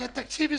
זה תקציב זמני,